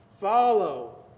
follow